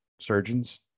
surgeons